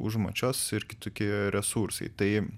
užmačios ir kitoki resursai tai